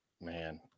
Man